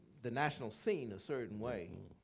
the national scene a certain way.